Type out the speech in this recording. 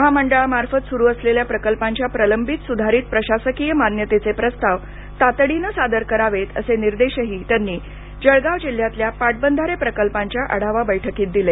महामंडळामार्फत सुरू असलेल्या प्रकल्पांच्या प्रलंबित सुधारीत प्रशासकीय मान्यतेचे प्रस्ताव तातडीने सादर करावेत असे निर्देशही त्यांनी जळगाव जिल्ह्यातल्या पाटबधारे प्रकल्पांच्या आढावा बैठकीत दिले